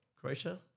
Croatia